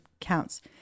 counts